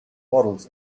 models